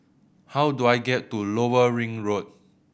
how do I get to Lower Ring Road